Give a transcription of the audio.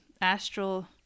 astral